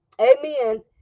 Amen